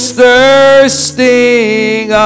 thirsting